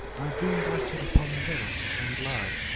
i dreamed i stood upon a hill, and, lo!